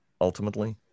ultimately